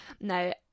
Now